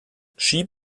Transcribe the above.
schieb